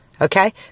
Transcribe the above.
okay